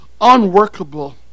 unworkable